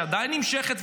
שעדיין נמשכת,